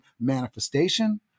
manifestation